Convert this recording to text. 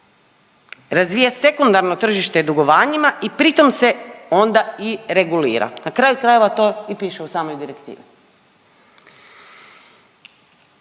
razvija sekundarno tržište dugovanjima i pri tom se onda i regulira, na kraju krajeva to i piše u samoj direktivi.